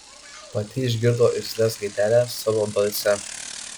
pati išgirdo irzlias gaideles savo balse